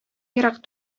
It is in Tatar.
ерак